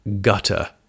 gutter